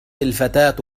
الفتاة